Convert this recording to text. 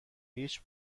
هیچ